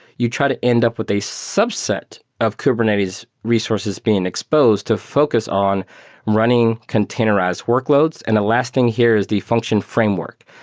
you try to end up with a subset of kubernetes resources being exposed to focus on running containerized workloads, and the last thing here is the function framework.